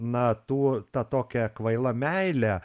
na tų ta tokia kvaila meilė